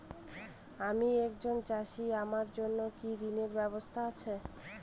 আমি একজন চাষী আমার জন্য কি ঋণের ব্যবস্থা আছে?